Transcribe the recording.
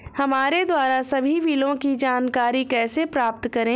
हमारे द्वारा सभी बिलों की जानकारी कैसे प्राप्त करें?